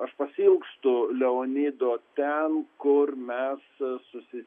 aš pasiilgstu leonido ten kur mes su susi